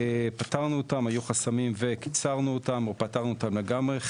היו חסמים וקיצרנו אותם או פתרנו אותם לגמרי.